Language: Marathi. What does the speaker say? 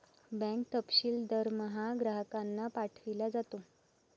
बँक तपशील दरमहा ग्राहकांना पाठविला जातो